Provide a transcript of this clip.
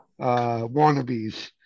wannabes